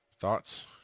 thoughts